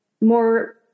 more